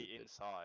inside